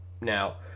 now